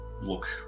look